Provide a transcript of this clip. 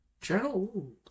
Journal